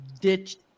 ditched